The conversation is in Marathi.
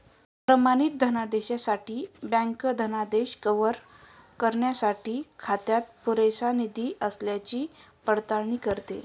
प्रमाणित धनादेशासाठी बँक धनादेश कव्हर करण्यासाठी खात्यात पुरेसा निधी असल्याची पडताळणी करते